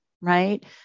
right